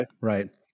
Right